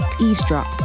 eavesdrop